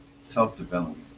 self-development